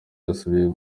yasubije